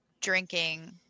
drinking